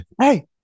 Hey